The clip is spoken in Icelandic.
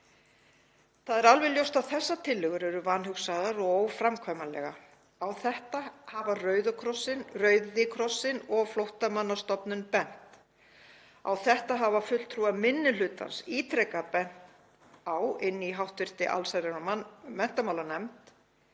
Það er alveg ljóst að þessar tillögur eru vanhugsaðar og óframkvæmanlegar. Á þetta hafa Rauði krossinn og Flóttamannastofnun bent. Á þetta hafa fulltrúar minni hlutans ítrekað bent í hv. allsherjar- og menntamálanefnd.